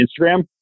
Instagram